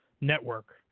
Network